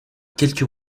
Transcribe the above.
quelques